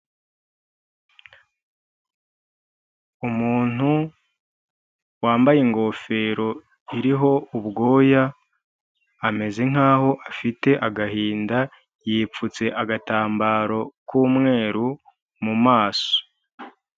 Umuntu wambaye ingofero iriho ubwoya, ameze nkaho afite agahinda yipfutse agatambaro k'umweru mu maso.